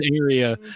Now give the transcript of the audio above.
area